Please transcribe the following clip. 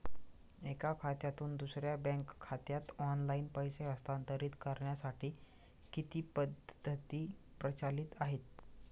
एका खात्यातून दुसऱ्या बँक खात्यात ऑनलाइन पैसे हस्तांतरित करण्यासाठी किती पद्धती प्रचलित आहेत?